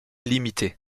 limitée